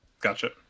Gotcha